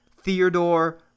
Theodore